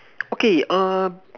okay err